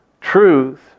truth